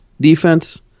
defense